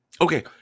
Okay